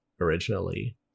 originally